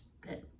Good